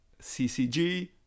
CCG